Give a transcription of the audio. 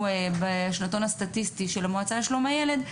בשנתון הסטטיסטי של המועצה לשלום הילד,